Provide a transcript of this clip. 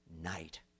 night